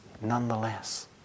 nonetheless